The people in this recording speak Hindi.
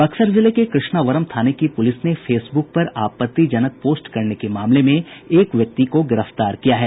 बक्सर जिले के कृष्णा वरम थाने की पूलिस ने फेसब्क पर आपत्तिजनक पोस्ट करने में मामले में एक व्यक्ति को गिरफ्तार किया है